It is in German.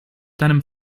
deinem